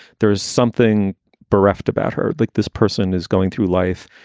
there is something bereft about her, like this person is going through life.